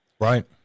right